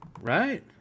Right